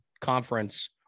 conference